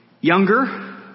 younger